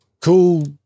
Cool